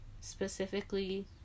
specifically